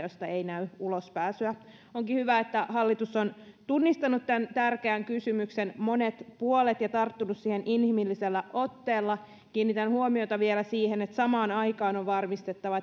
josta ei näy ulospääsyä onkin hyvä että hallitus on tunnistanut tämän tärkeän kysymyksen monet puolet ja tarttunut siihen inhimillisellä otteella kiinnitän huomiota vielä siihen että samaan aikaan on varmistettava